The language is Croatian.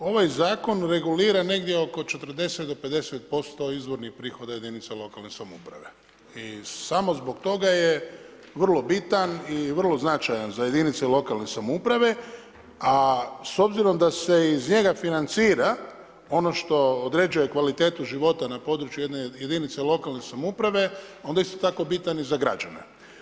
Ovaj zakon regulira negdje oko 40 do 50% izvornih prihoda jedinica lokalne samouprave i samo zbog toga je vrlo bitan i vrlo značajan za jedinice lokalne samouprave, a s obzirom da se iz njega financira ono što određuje kvalitetu života na području jedne jedinice lokalne samouprave onda je isto tako bitan i za građane.